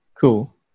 cool